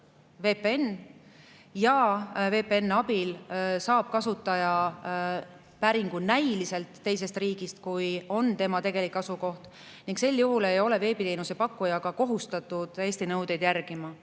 VPN, ja VPN‑i abil saab kasutaja [teha] päringu näiliselt teisest riigist, kui on tema tegelik asukoht, ning sel juhul ei ole veebiteenuse pakkuja kohustatud Eesti nõudeid järgima.